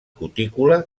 cutícula